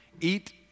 eat